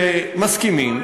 רואים שכשמסכימים,